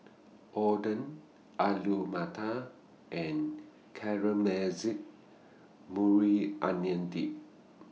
Oden Alu Matar and Caramelized Maui Onion Dip